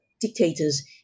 dictators